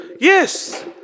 Yes